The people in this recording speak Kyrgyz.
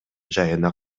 жайына